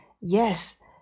Yes